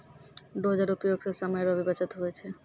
dozer उपयोग से समय रो भी बचत हुवै छै